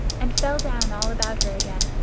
and fell down all about her again,